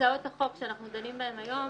שהצעות החוק שאנחנו דנים בהן היום